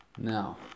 now